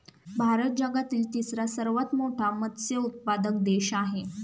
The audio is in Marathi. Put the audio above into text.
भारत जगातील तिसरा सर्वात मोठा मत्स्य उत्पादक देश आहे